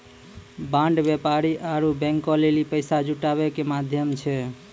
bond व्यापारी आरु बैंको लेली पैसा जुटाबै के माध्यम छै